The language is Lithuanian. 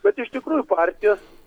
bet iš tikrųjų partijos